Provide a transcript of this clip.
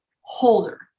holder